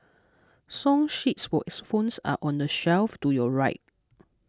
song sheets or xylophones are on the shelf to your right